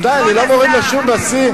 אבל די, אני לא מוריד לו שום בסיס,